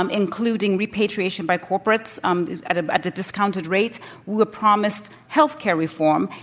um including repatriation by corporates um at at a discounted rate. we were promised healthcare reform.